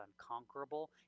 unconquerable